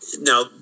now